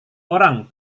orang